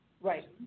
Right